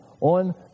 on